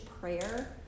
prayer